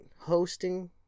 hosting